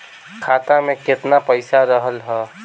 खाता में केतना पइसा रहल ह?